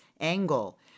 angle